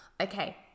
Okay